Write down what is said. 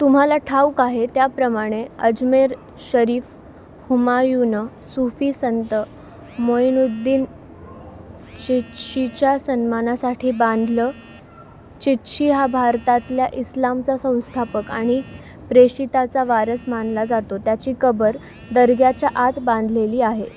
तुम्हाला ठाऊक आहे त्याप्रमाणे अजमेर शरीफ हुमायूँनं सुफी संत मोईनुद्दीन चिश्तीच्या सन्मानासाठी बांधलं चिश्ती हा भारतातल्या इस्लामचा संस्थापक आणि प्रेषिताचा वारस मानला जातो त्याची कबर दर्ग्याच्या आत बांधलेली आहे